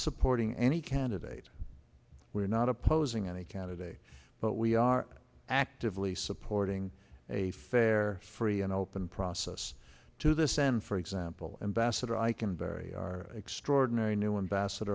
supporting any candidate we are not opposing any candidate but we are actively supporting a fair free and open process to this and for example ambassador i can bury our extraordinary new one basket